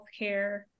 healthcare